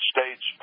States